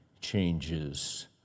changes